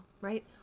right